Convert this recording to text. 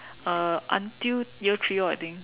uh until year three orh I think